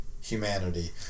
humanity